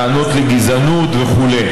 טענות לגזענות וכו'.